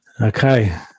Okay